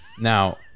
Now